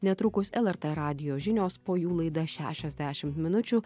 netrukus lrt radijo žinios po jų laida šešiasdešim minučių